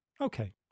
okay